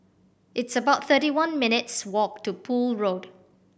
it's about thirty one minutes' walk to Poole Road